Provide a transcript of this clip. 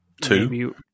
two